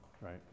right